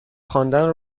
خواندن